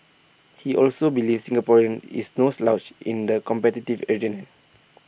he also believes Singaporean is no slouch in the competitive